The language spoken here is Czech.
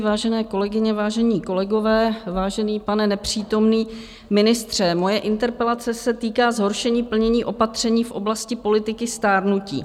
Vážené kolegyně, vážení kolegové, vážený pane nepřítomný ministře, moje interpelace se týká zhoršení plnění opatření v oblasti politiky stárnutí.